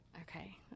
Okay